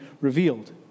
revealed